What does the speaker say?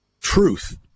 truth